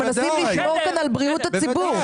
מנסים לשמור כאן על בריאות הציבור.